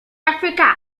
africa